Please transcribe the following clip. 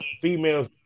females